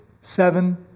seven